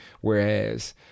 Whereas